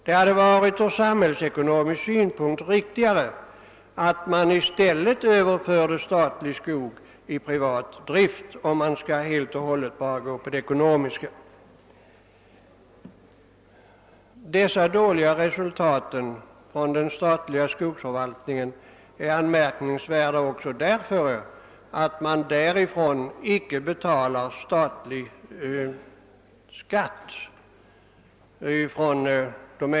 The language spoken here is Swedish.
Det hade från samhällsekonomisk synpunkt varit riktigare att i stället överföra statlig skog till privat drift, om man enbart skall se till ekonomin. Den statliga skogsförvaltningens dåliga resultat är anmärkningsvärt också därför att domänverket inte betalar statlig skatt.